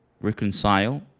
reconcile